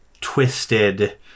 twisted